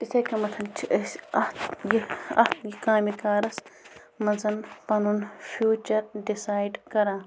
یِتھَے کٔنٮ۪تھ چھِ أسۍ اَتھ یہِ اَتھ یہِ کامہِ کارَس منٛز پنُن فیوٗچَر ڈِسایِڈ کَران